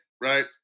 right